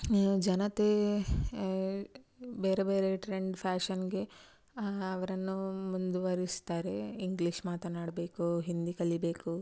ಜನತೆ ಬೇರೆ ಬೇರೆ ಟ್ರೆಂಡ್ ಫ್ಯಾಶನ್ಗೆ ಅವರನ್ನು ಮುಂದುವರಿಸ್ತಾರೆ ಇಂಗ್ಲೀಷ್ ಮಾತನಾಡಬೇಕು ಹಿಂದಿ ಕಲಿಬೇಕು